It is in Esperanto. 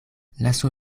lasu